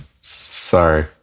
Sorry